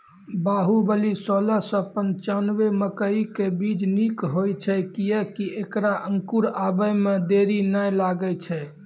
बाहुबली सोलह सौ पिच्छान्यबे मकई के बीज निक होई छै किये की ऐकरा अंकुर आबै मे देरी नैय लागै छै?